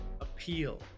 appeal